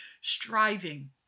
striving